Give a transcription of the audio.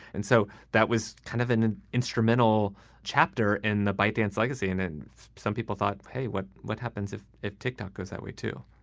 and so that was kind of an instrumental chapter in the bite dance legacy and and. some people thought, hey, what what happens if if tick-tock goes that way to